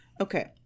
okay